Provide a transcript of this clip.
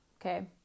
okay